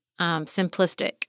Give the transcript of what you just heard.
simplistic